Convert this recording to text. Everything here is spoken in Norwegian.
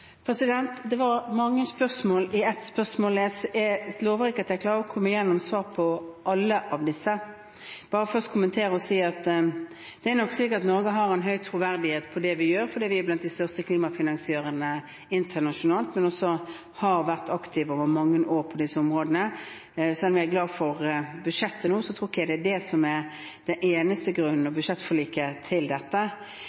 alle disse. Jeg vil først si at det er nok slik at Norge har en høy troverdighet på det vi gjør fordi vi er blant de største «klimafinansiørene» internasjonalt, men også fordi vi har vært aktive på disse områdene over mange år. Selv om jeg er glad for budsjettet nå, tror jeg ikke budsjettforliket er den eneste grunnen til dette. En del av de tiltakene vi har fremmet nå, er tiltak som heller ikke er omhandlet i budsjettet og